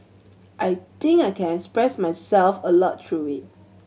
I think I can express myself a lot through it